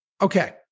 Okay